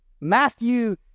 Matthew